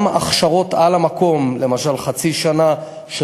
גם הכשרות על המקום, למשל, חצי שנה של